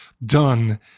done